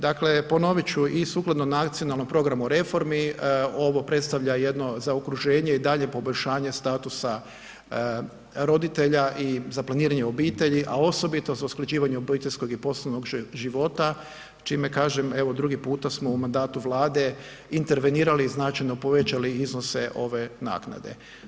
Dakle ponovit ću, i sukladno nacionalnom programu reformi, ovo predstavlja jedno zaokruženje i dalje poboljšanje statusa roditelja i za planiranje obitelji a osobito sa usklađivanje obiteljskog i poslovnog života čime kažem evo drugi puta smo u mandatu Vlade intervenirali, značajno povećali iznose ove naknade.